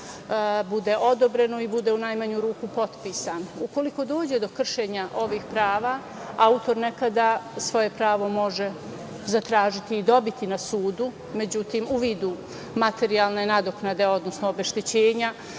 bude odobreno i bude, u najmanju ruku, potpisan. Ukoliko dođe do kršenja ovih prava, autor nekada svoje pravo može zatražiti i dobiti na sudu, međutim u vidu materijalne nadoknade, odnosno obeštećenja.